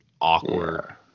awkward